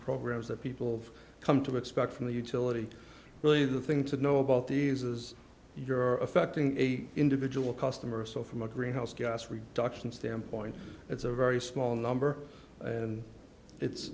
programs that people come to expect from the utility really the thing to know about the esas you're affecting a individual customer so from a greenhouse gas reductions standpoint it's a very small number and it's